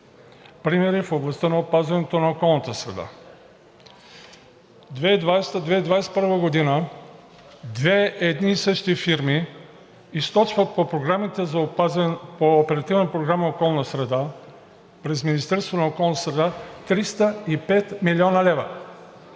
Примери в областта на опазването на околната среда. 2020 – 2021 г. две едни и същи фирми източват по Оперативна програма „Околна среда“ през Министерството на околната среда 305 млн. лв.